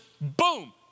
boom